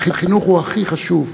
והחינוך הוא הכי חשוב,